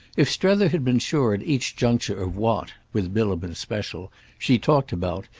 if strether had been sure at each juncture of what with bilham in especial she talked about,